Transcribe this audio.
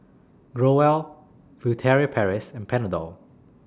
Growell Furtere Paris and Panadol